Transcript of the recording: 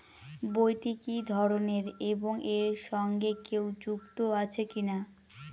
বইটি কি ধরনের এবং এর সঙ্গে কেউ যুক্ত আছে কিনা?